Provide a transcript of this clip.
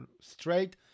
straight